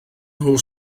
nhw